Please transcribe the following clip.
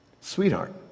Sweetheart